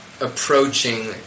approaching